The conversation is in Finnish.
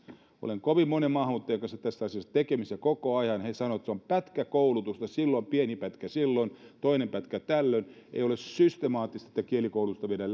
olen kovin monen maahanmuuttajan kanssa tästä asiasta tekemisissä koko ajan ja he sanovat että se on pätkäkoulutusta pieni pätkä silloin toinen pätkä tällöin ei ole systemaattista että kielikoulutusta viedään